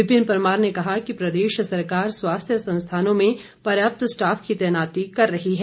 विपिन परमार ने कहा कि प्रदेश सरकार स्वास्थ्य संस्थानों में पर्याप्त स्टाफ की तैनाती कर रही है